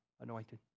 anointed